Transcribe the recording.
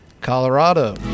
Colorado